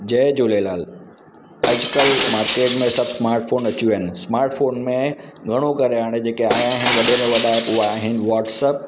जय झूलेलाल अजुकल्ह मार्केट में सभु स्मार्ट फ़ोन अची विया आहिनि स्मार्ट फ़ोन में घणो करे हाणे जेके आया आहिनि वॾे में वॾा उहे आहिनि व्हाट्सअप